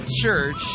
Church